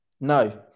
No